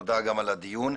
תודה על הדיון.